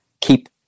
keep